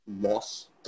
loss